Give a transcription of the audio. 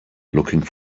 looking